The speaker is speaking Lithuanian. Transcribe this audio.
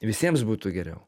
visiems būtų geriau